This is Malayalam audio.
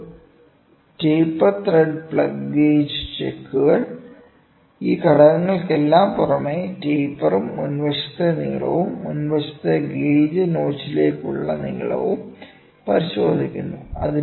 ഒരു ടേപ്പർ ത്രെഡ് പ്ലഗ് ഗേജ് ചെക്കുകൾ ഈ ഘടകങ്ങൾക്കെല്ലാം പുറമേ ടേപ്പറും മുൻവശത്തിന്റെ നീളവും മുൻവശത്തെ ഗേജ് നോച്ചിലേക്കുള്ള നീളവും പരിശോധിക്കുന്നു